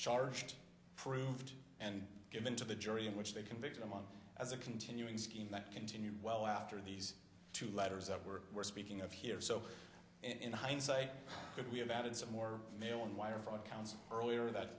charged proved and given to the jury in which they convicted him on as a continuing scheme that continued well after these two letters that were we're speaking of here so in hindsight could we have added some more there on wire fraud counts earlier that